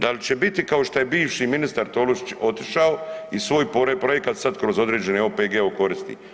Dal će biti kao što je bivši ministar Tolušić otišao i svoj projekat sad kroz određene OPG ... koristi?